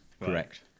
correct